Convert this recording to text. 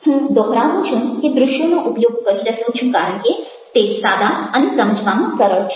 હું દોહરાવું છું હું દ્રશ્યોનો ઉપયોગ કરી રહ્યો છું કારણ કે તે સાદા અને સમજવામાં સરળ છે